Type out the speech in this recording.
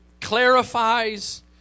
clarifies